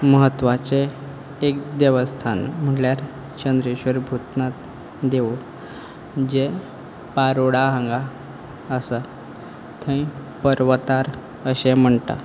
महत्वाचें एक देवस्थान म्हटल्यार चंद्रेश्वर भुतनाथ देव जें पारोडा हांगा आसा थंय पर्वतार अशें म्हणटात